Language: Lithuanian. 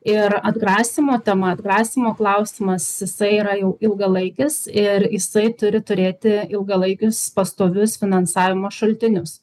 ir atgrasymo tema atgrasymo klausimas jisai yra jau ilgalaikis ir jisai turi turėti ilgalaikius pastovius finansavimo šaltinius